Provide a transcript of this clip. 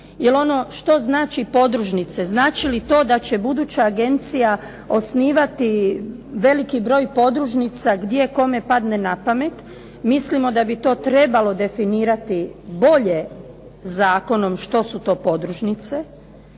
što znači podružnice, znači li to da će buduća agencija osnivati veliki broj podružnica gdje kome padne na pamet? Mislimo da bi to trebalo definirati bolje zakonom što su to podružnice.